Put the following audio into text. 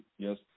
Yes